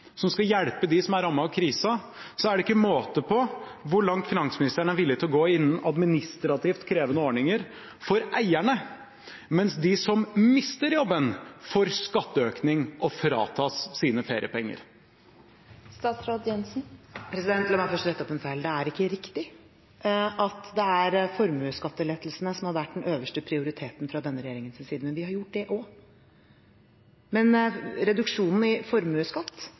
først skal komme unntaksordninger på plass som skal hjelpe dem som er rammet av krisa, er det ikke måte på hvor langt finansministeren er villig til å gå innen administrativt krevende ordninger for eierne – mens de som mister jobben, får skatteøkning og fratas sine feriepenger? La meg først rette opp en feil. Det er ikke riktig at det er formuesskattelettelsene som har hatt høyeste prioritet fra denne regjeringens side, men vi har gjort det også. Reduksjonen i formuesskatt